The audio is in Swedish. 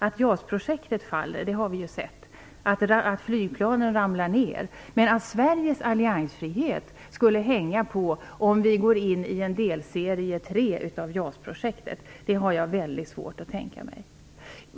Att JAS-projektet faller har vi sett - att flygplanen ramlar ned - men att Sveriges alliansfrihet skulle hänga på om vi går in i delserie 3 av JAS-projektet har jag väldigt svårt att tänka mig.